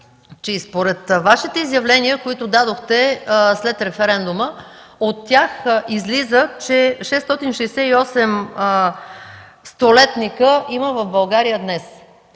че според Вашите изявления, които дадохте след референдума, излиза, че 668 столетника има в България днес.